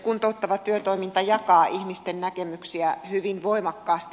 kuntouttava työtoiminta jakaa ihmisten näkemyksiä hyvin voimakkaasti